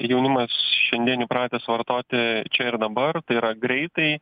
jaunimas šiandien įpratęs vartoti čia ir dabar tai yra greitai